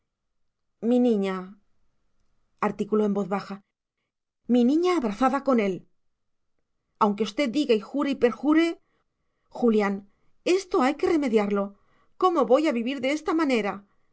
mi niña articuló en voz baja mi niña abrazada con él aunque usted diga y jure y perjure julián esto hay que remediarlo cómo voy a vivir de esta manera